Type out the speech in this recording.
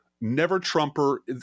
never-Trumper